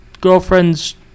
girlfriend's